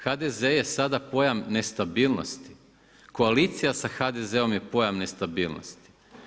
HDZ je sada pojam nestabilnosti, koalicija sa HDZ-om je pojam nestabilnosti.